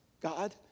God